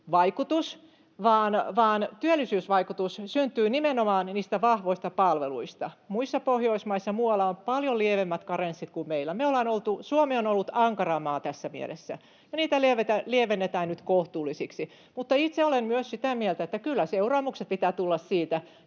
työllisyysvaikutus, vaan työllisyysvaikutus syntyy nimenomaan niistä vahvoista palveluista. Muissa pohjoismaissa ja muualla on paljon lievemmät karenssit kuin meillä. Suomi on ollut ankara maa tässä mielessä, ja niitä lievennetään nyt kohtuullisiksi. Mutta itse olen myös sitä mieltä, että kyllä seuraamukset pitää tulla siitä,